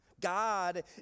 God